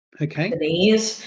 Okay